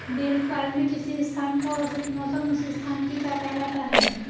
दीर्घकाल में किसी स्थान का औसत मौसम उस स्थान की क्या कहलाता है?